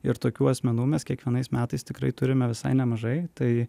ir tokių asmenų mes kiekvienais metais tikrai turime visai nemažai tai